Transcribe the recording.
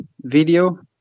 video